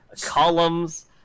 columns